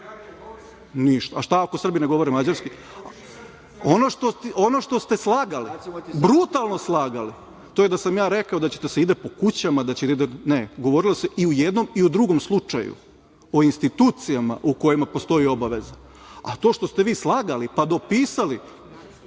A šta ako Srbi ne govore mađarski? Ono što ste slagali, brutalno slagali, to je da sam ja rekao da će da se ide po kućama, govorilo se i u jednom i drugom slučaju o institucijama u kojima postoji obaveza, a to što ste vi slagali, pa dopisali,